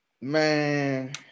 Man